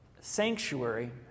sanctuary